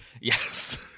yes